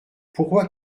pourquoi